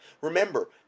Remember